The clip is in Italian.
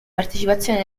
partecipazione